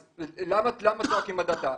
אז למה צועקים הדתה?